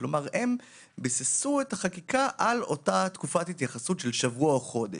כלומר: הן ביססו את החקיקה על אותה תקופת התייחסות של שבוע או חודש.